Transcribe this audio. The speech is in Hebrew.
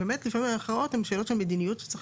לפעמים ההכרעות הן עניין של מדיניות שצריך